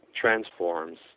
transforms